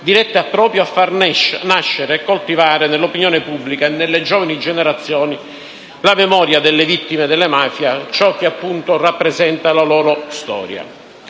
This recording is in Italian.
dirette proprio a far nascere e coltivare nell'opinione pubblica e nelle giovani generazioni la memoria delle vittime della mafia, ciò che rappresenta la loro storia.